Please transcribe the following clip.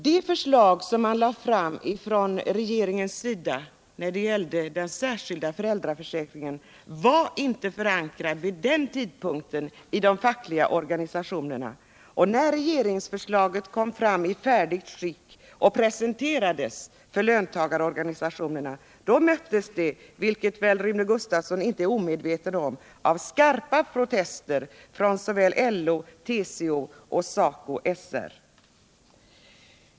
Det förslag som regeringen lade fram när det gällde den särskilda föräldratörsäkringen var vid den tidpunkten inte förankrat i de fackliga organisationerna, och när regeringsförslaget kom fram i färdigt skick och presenterades för löntagarorganisationerna möttes det — vilket väl Rune Gustavsson inte är omedveten om — av skarpa protester från LO, TCO och SACO/SR.